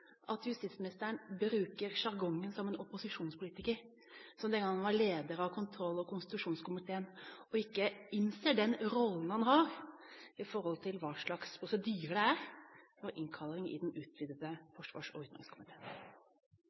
at justis- og beredskapsministeren bruker sjargongen til en opposisjonspolitiker – som den gang han var leder av kontroll- og konstitusjonskomiteen – og ikke innser hvilken rolle han har i prosedyren for innkalling i den utvidede utenriks- og